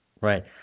right